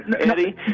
Eddie